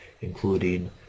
including